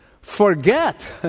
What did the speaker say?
forget